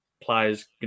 players